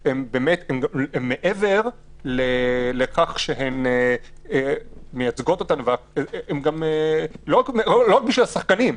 מעבר לכך שהן מייצגות אותנו ולא רק בשביל השחקנים,